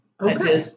Okay